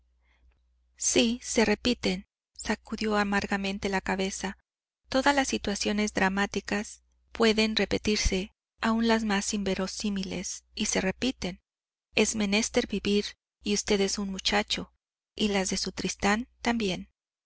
sí se repiten sacudió amargamente la cabeza todas las situaciones dramáticas pueden repetirse aún las más inverosímiles y se repiten es menester vivir y usted es muy muchacho y las de su tristán también